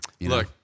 Look